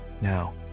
now